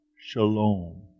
Shalom